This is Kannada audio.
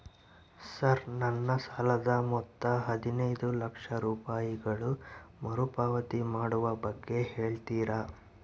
ಸರ್ ನನ್ನ ಸಾಲದ ಮೊತ್ತ ಹದಿನೈದು ಲಕ್ಷ ರೂಪಾಯಿಗಳು ಮರುಪಾವತಿ ಮಾಡುವ ಬಗ್ಗೆ ಹೇಳ್ತೇರಾ?